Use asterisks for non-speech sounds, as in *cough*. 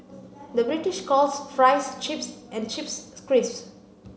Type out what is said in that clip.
the British calls fries chips and chips *unintelligible* crisps